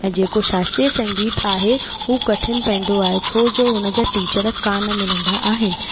ऐं जेको शास्त्रीय संगीत आहे उहो कठिन पवंदो आहे छोजो हुन जा टीचर कोन मिलंदा आहिनि